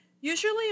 usually